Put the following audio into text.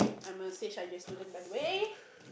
I'm a C_H_I_J student by the way